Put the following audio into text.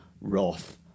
Roth